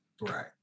right